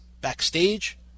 backstage